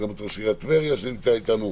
שנמצא איתנו,